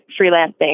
freelancing